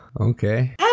Okay